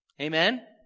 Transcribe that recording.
Amen